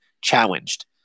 challenged